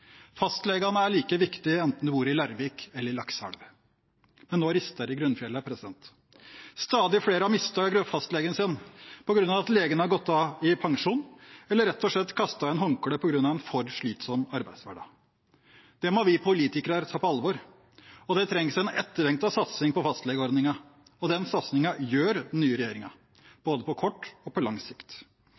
Fastlegene er like viktige enten du bor i Larvik eller i Lakselv. Men nå rister det i grunnfjellet. Stadig flere har mistet fastlegen sin på grunn av at legen har gått av med pensjon eller rett og slett kastet inn håndkleet på grunn av en for slitsom arbeidshverdag. Det må vi politikere ta på alvor, og det trengs en etterlengtet satsing på fastlegeordningen. Den satsingen gjør den nye regjeringen, både på kort og på lang sikt.